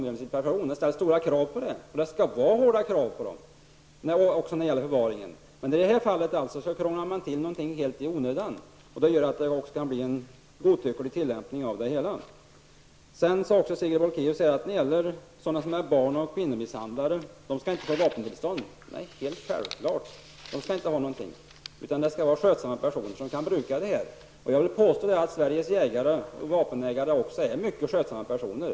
Det ställs stora krav och det skall vara hårda krav också när det gäller förvaringen. Men i detta fall krånglar man till något helt i onödan. Det kan bli en godtycklig tillämpning av det hela. Sedan säger Sigrid Bolkéus också att sådana som är barn eller kvinnomisshandlare inte skall ha vapentillstånd. Nej, helt självklart. Vapentillstånd skall endast ges skötsamma personer som kan bruka detta. Jag vill påstå att Sveriges jägare och vapenägare är mycket skötsamma personer.